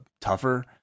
tougher